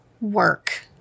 work